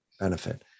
benefit